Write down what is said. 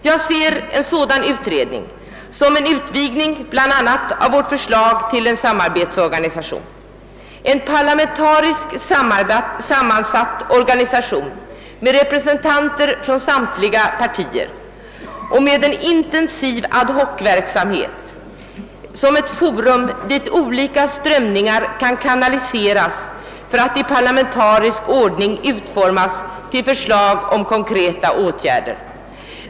Jag ser en sådan utredning bl.a. som en utvidgning av vårt förslag till en samarbetsorganisation, en parlamentariskt sammansatt organisation med representanter från samtliga partier och med en intensiv ad hoc-verksamhet. Ett forum, dit olika strömningar kan ka naliseras för att i parlamentarisk ordning utformas till förslag om konkreta åtgärder.